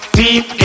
deep